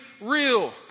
real